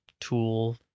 tool